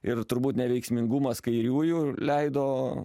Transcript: ir turbūt neveiksmingumas kairiųjų leido